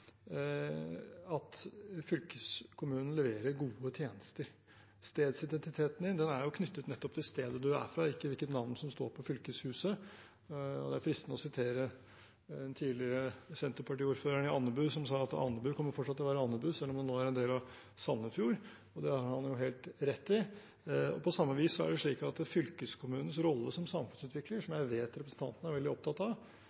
at fylkeskommunen leverer gode tjenester. Stedsidentiteten din er knyttet nettopp til stedet du er fra, ikke hvilket navn som står på fylkeshuset. Det er fristende å sitere den tidligere Senterparti-ordføreren i Andebu, som sa at Andebu fortsatt kommer til å være Andebu selv om det nå er en del av Sandefjord. Det hadde han jo helt rett i. På samme vis er det slik at fylkeskommunens rolle som samfunnsutvikler, som jeg vet representanten er veldig opptatt av,